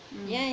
mm